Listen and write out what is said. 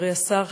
חברי השר,